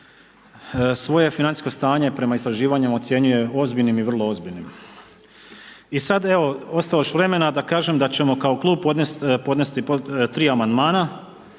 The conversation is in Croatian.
svoje financijsko stanje prema istraživanjima ocjenjuje ozbiljnim i vrlo ozbiljnim. I sada ostalo je još vremena da kažem da ćemo kao Klub podnesti tri amandmana.